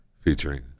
featuring